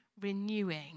renewing